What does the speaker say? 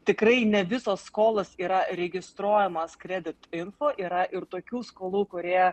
tikrai ne visos skolos yra registruojamos kredit info yra ir tokių skolų kurie